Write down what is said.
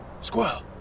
Squirrel